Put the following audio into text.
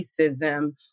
racism